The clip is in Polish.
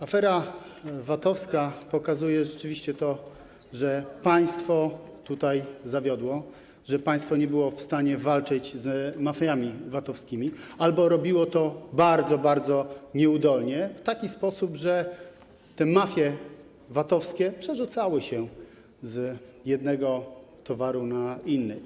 Afera VAT-owska pokazuje rzeczywiście, że państwo tutaj zawiodło, że państwo nie było w stanie walczyć z mafiami VAT-owskimi albo robiło to bardzo, bardzo nieudolnie, w taki sposób, że te mafie VAT-owskie przerzucały się z jednego towaru na inny.